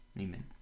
Amen